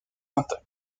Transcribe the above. intacte